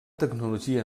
tecnologia